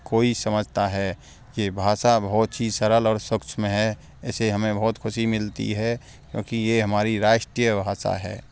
कोई समझता है यह भाषा बहुत ही सरल और सक्षम है इसे हमें बहुत ख़ुशी मिलती है क्योंकि यह हमारी राष्ट्रीय भाषा है